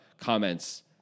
comments